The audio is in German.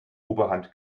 oberhand